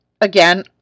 again